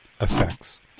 effects